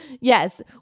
yes